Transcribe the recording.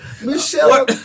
Michelle